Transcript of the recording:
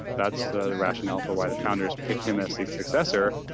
that's the rationale for why the founders picked him as a successor,